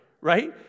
right